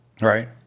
right